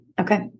Okay